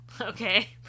Okay